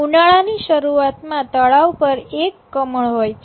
ઉનાળાની શરૂઆતમાં તળાવ પર એક કમળ હોય છે